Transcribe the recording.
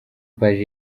paji